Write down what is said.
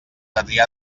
adrià